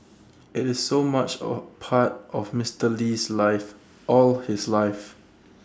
IT is so much A part of Mister Lee's life all his life